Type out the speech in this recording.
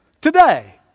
today